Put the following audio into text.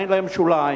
אין להם שוליים,